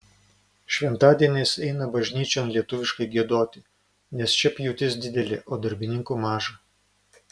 šventadieniais eina bažnyčion lietuviškai giedoti nes čia pjūtis didelė o darbininkų maža